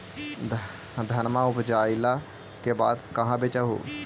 धनमा उपजाईला के बाद कहाँ बेच हू?